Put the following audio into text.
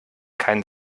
kein